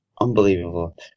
Unbelievable